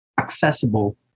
accessible